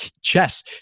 Chess